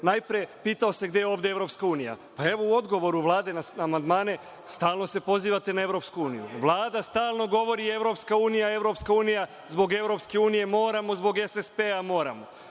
Najpre se pitao gde je ovde Evropska unija. Evo, u odgovoru Vlade na amandmane, stalno se pozivate na Evropsku uniju. Vlada stalno govori – Evropska unija, Evropska unija, zbog Evropske unije moramo, zbog SSP-a moramo.